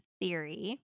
theory